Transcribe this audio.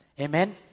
Amen